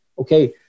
Okay